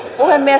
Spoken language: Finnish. puhemies